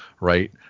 right